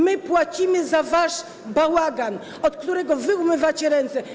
My płacimy za wasz bałagan, od którego wy umywacie ręce.